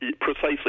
precisely